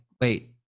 wait